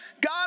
God